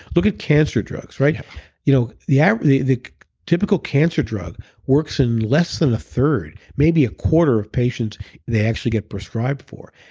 look at cancer drugs. you know yeah the the typical cancer drug works in less than a third, maybe a quarter of patients they actually get prescribed for.